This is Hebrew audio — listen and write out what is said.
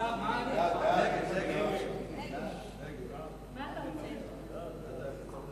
שלא לכלול את הנושא בסדר-היום של הכנסת נתקבלה.